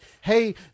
Hey